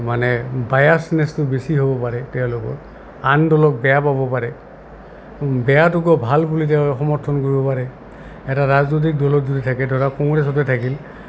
মানে বায়াছনেছটো বেছি হ'ব পাৰে তেওঁলোকৰ আন দলক বেয়া পাব পাৰে বেয়াটোকো ভাল বুলি তেওঁলোক সমৰ্থন কৰিব পাৰে এটা ৰাজনৈতিক দলত যদি থাকে ধৰা কংগ্ৰেছতে থাকিল